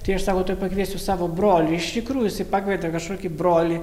tai aš sakau tuoj pakviesiu savo brolį iš tikrųjų jisai pakvietė kažkokį brolį